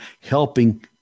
helping